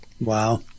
Wow